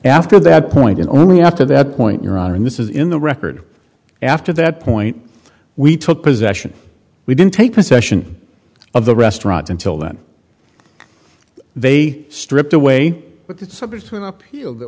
after that point and only after that point your honor and this is in the record after that point we took possession we didn't take possession of the restaurant until then they stripped away but it's subject to an appeal the